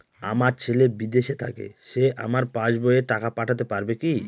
আমার ছেলে বিদেশে থাকে সে আমার পাসবই এ টাকা পাঠাতে পারবে কি?